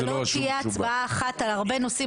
הטיעון היה שלא תהיה הצבעה אחת על הרבה נושאים